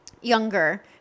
younger